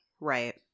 right